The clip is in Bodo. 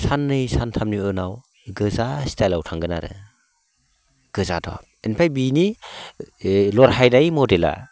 साननै सानथामनि उनाव गोजा स्टाइलाव थांगोन आरो गोजादब ओमफ्राय बिनि ओ लरहायनाय मडेला